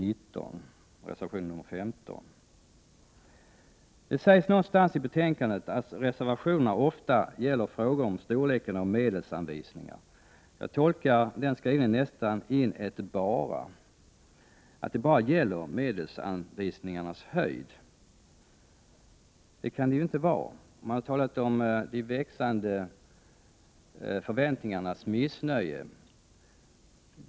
I betänkandet sägs det att reservationerna ofta gäller frågor om medelsanvisningarnas storlek. När det gäller den skrivningen tolkar jag in ett ”bara”, alltså att det bara gäller medelsanvisningarnas storlek. Så kan det ju dock inte vara. Man har talat om de växande förväntningarnas missnöje.